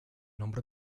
nombre